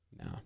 No